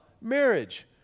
marriage